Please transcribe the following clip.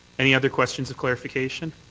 any other questions of clarification?